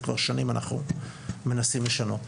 זה כבר שנים אנחנו מנסים לשנות.